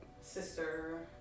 sister